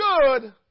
good